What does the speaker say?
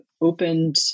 opened